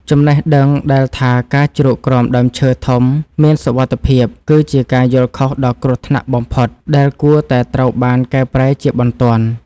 ចំណេះដឹងដែលថាការជ្រកក្រោមដើមឈើធំមានសុវត្ថិភាពគឺជាការយល់ខុសដ៏គ្រោះថ្នាក់បំផុតដែលគួរតែត្រូវបានកែប្រែជាបន្ទាន់។